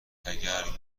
تگرگ